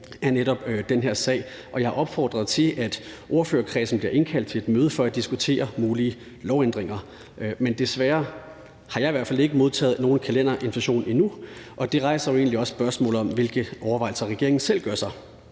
jeg har opfordret til, at ordførerkredsen bliver indkaldt til et møde for at diskutere mulige lovændringer. Men desværre har jeg i hvert fald ikke modtaget nogen kalenderinvitation endnu, og det rejser jo egentlig også spørgsmål om, hvilke overvejelser regeringen selv gør sig.